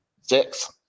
Six